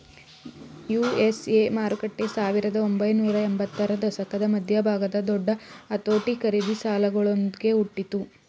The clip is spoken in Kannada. ಯು.ಎಸ್.ಎ ಮಾರುಕಟ್ಟೆ ಸಾವಿರದ ಒಂಬೈನೂರ ಎಂಬತ್ತರ ದಶಕದ ಮಧ್ಯಭಾಗದ ದೊಡ್ಡ ಅತೋಟಿ ಖರೀದಿ ಸಾಲಗಳೊಂದ್ಗೆ ಹುಟ್ಟಿತು